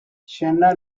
senna